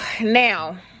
Now